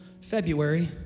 February